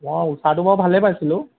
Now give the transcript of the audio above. অ ঊষাটো বাৰু ভালেই পাইছিলোঁ